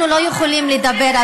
אנחנו לא יכולים לדבר,